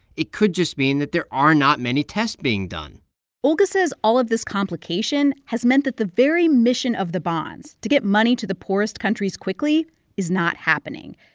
it could just mean that there are not many tests being done olga says all of this complication has meant that the very mission of the bonds to get money to the poorest countries quickly is not happening.